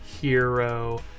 Hero